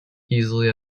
easily